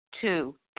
Two